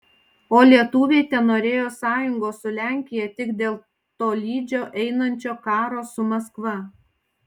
o lietuviai tenorėjo sąjungos su lenkija tik dėl tolydžio einančio karo su maskva